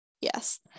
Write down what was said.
Yes